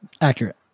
accurate